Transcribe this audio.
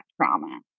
trauma